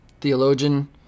theologian